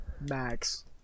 Max